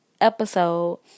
episode